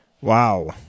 Wow